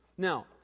Now